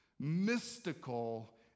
Mystical